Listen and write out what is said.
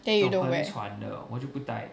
then you don't wear